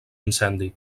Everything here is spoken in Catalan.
incendi